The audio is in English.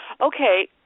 Okay